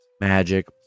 Magic